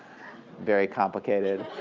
very complicated.